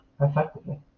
effectively